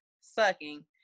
sucking